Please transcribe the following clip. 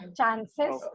chances